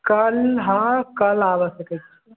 काल्हि हँ काल्हि आबि सकैत छी